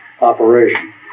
operation